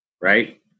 right